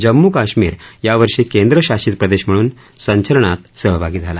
जम्मू कश्मीर यावर्षी केंद्रशासित प्रदेश म्हणून संचलनात सहभागी झाला